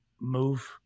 move